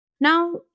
Now